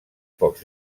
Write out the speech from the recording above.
pocs